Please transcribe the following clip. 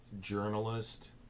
journalist